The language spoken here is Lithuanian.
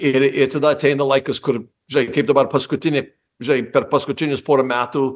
ir ir tada ateina laikas kur žinai kaip dabar paskutinį žinai per paskutinius pora metų